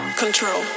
control